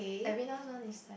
Avina's one is